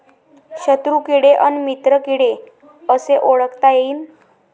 शत्रु किडे अन मित्र किडे कसे ओळखता येईन?